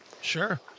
Sure